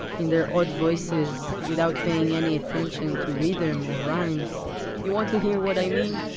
in their odd voices, without paying any attention to rhythm or rhymes you want to hear what i mean?